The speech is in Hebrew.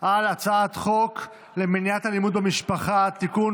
על הצעת חוק למניעת אלימות במשפחה (תיקון,